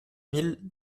mille